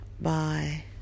bye